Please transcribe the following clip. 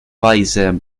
weise